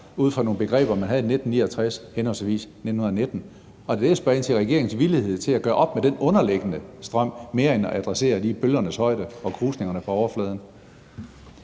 ud fra nogle begreber, man havde i 1969 henholdsvis 1919, og det er der, jeg spørger ind til er regeringens villighed til at gøre op med den underliggende strøm mere end at adressere bølgernes højde og krusningerne på overfladen.